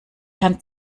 herrn